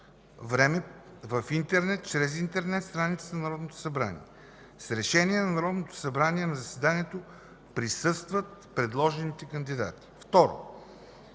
време в интернет чрез интернет страницата на Народното събрание. С решение на Народното събрание на заседанието присъстват предложените кандидати.